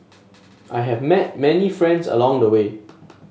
I have met many friends along the way